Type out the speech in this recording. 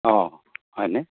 অ হয়নে